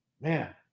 Man